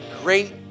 great